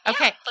Okay